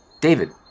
David